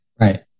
right